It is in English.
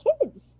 kids